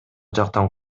жактан